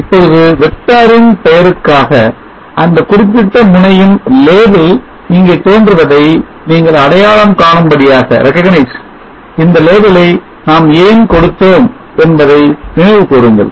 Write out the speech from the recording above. ஆகவே இப்பொழுது வெக்டாரின் பெயருக்காக அந்த குறிப்பிட்ட முனையின் label இங்கே தோன்றுவதை நீங்கள் அடையாளம் காணும் படியாக இந்த label ஐ நாம் ஏன் கொடுத்தோம் என்பதை நினைவு கூறுங்கள்